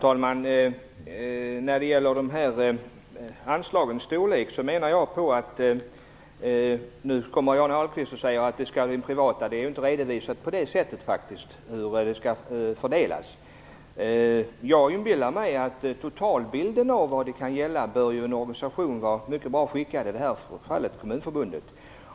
Herr talman! Johnny Ahlqvist säger nu att anslaget skall gå även till den privata sektorn. Men det har inte redovisats att stödet skall fördelas på det sättet. Jag inbillar mig att en organisation som Kommunförbundet bör vara mycket väl skickad att bedöma totalbilden.